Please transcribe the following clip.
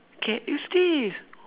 cat is this